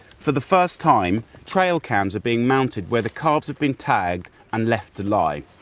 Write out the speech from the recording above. for the first time trail cams are being mounted where the calves have been tagged and left to lie.